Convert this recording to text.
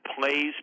plays